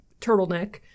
turtleneck